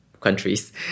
countries